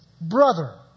brother